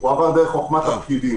אלא עבר דרך חכמת הפקידים.